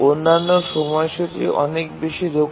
অন্যান্য সময়সূচী অনেক বেশি দক্ষ